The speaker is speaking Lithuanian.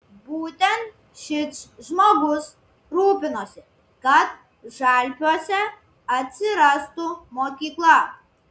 būtent šis žmogus rūpinosi kad žalpiuose atsirastų mokykla